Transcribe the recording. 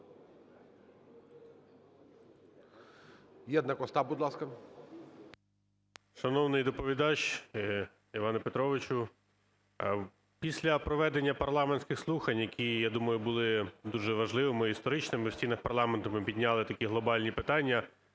Єднак Остап, будь ласка.